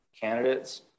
candidates